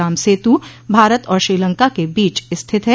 राम सेतू भारत और श्रीलंका के बीच स्थित है